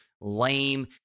lame